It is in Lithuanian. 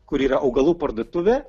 kur yra augalų parduotuvė